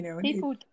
People